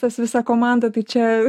tas visa komanda tai čia